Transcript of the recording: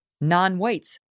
non-whites